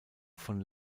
von